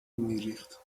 میریخت